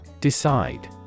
Decide